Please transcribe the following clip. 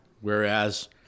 Whereas